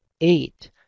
eight